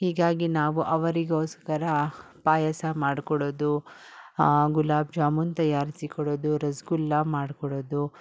ಹೀಗಾಗಿ ನಾವು ಅವರಿಗೋಸ್ಕರ ಪಾಯಸ ಮಾಡ್ಕೊಡೋದು ಗುಲಾಬ್ ಜಾಮೂನು ತಯಾರಿಸಿಕೊಡೋದು ರಸಗುಲ್ಲ ಮಾಡ್ಕೊಡೋದು